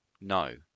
No